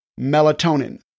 melatonin